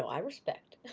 i respect.